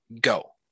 go